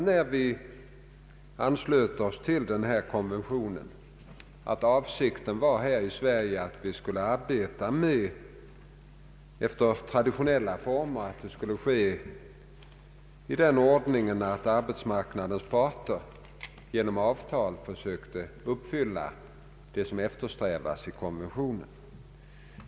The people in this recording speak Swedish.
När vi anslöt oss till ILO-konventionen uttalade vi att avsikten var, att vi här i Sverige skulle arbeta efter traditionella former i den ordningen att arbetsmarknadens parter genom «avtal skulle försöka uppfylla det som eftersträvas i konventionen.